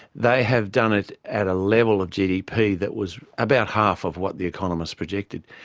they have done it at a level of gdp that was about half of what the economists projected.